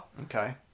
Okay